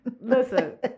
Listen